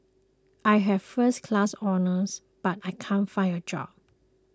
I have first class honours but I can't find a job